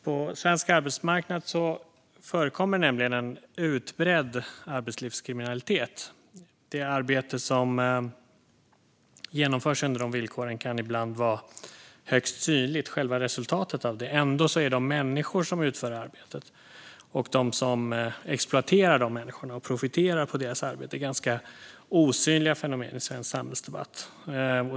På svensk arbetsmarknad förekommer nämligen en utbredd arbetslivskriminalitet. Resultatet av det arbete som genomförs under sådana villkor kan ibland vara högst synligt. Ändå är de människor som utför arbetet och de människor som exploaterar dem och profiterar på deras arbete ganska osynliga fenomen i svensk samhällsdebatt.